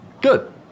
good